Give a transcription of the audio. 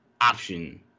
option